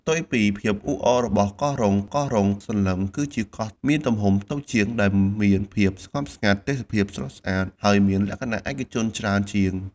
ផ្ទុយពីភាពអ៊ូអររបស់កោះរ៉ុង កោះរ៉ុងសន្លឹម គឺជាកោះមានទំហំតូចជាង ដែលមានភាពស្ងប់ស្ងាត់ ទេសភាពស្រស់ស្អាត ហើយមានលក្ខណៈឯកជនច្រើនជាង។